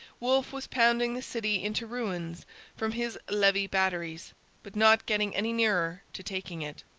wolfe was pounding the city into ruins from his levis batteries but not getting any nearer to taking it.